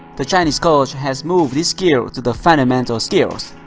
the chinese coach has moved this skill to the fundamental skills.